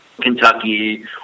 Kentucky